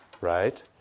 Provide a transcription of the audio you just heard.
right